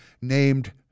named